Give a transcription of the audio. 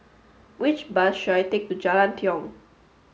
which bus should I take to Jalan Tiong